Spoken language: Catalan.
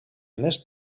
més